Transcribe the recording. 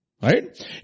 Right